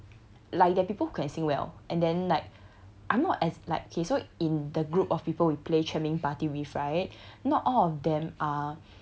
like there are people who can sing well and then like I'm not as like okay so in the group of people we play 全民 party with right not all of them are